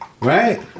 Right